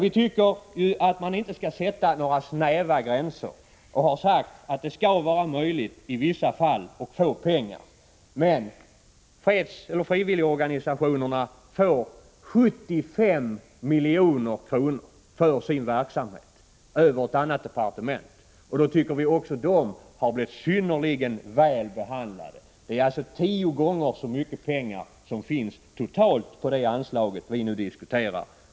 Vi tycker ju att man inte skall sätta några snäva gränser och har sagt att det skall vara möjligt i vissa fall att få pengar, men frivilligorganisationerna får 75 milj.kr. till sin verksamhet över ett annat departement, och då tycker vi att de har blivit synnerligen väl behandlade. Det är alltså tio gånger så mycket pengar som det finns totalt på det anslag vi nu diskuterar.